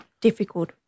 difficult